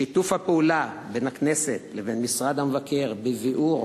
שיתוף הפעולה בין הכנסת לבין משרד המבקר בביעור